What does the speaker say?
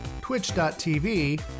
twitch.tv